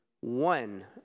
one